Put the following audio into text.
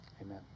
Amen